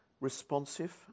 responsive